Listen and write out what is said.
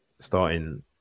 starting